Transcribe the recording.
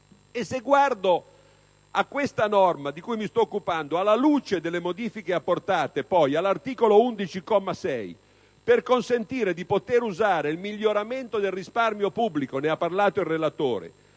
E se poi guardo a questa norma di cui mi sto occupando alla luce delle modifiche apportate all'articolo 11, comma 6, per consentire di usare il miglioramento del risparmio pubblico - ne ha parlato il relatore